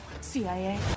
CIA